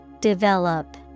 Develop